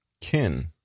kin